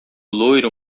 loiro